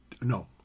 No